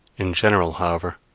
in general, however,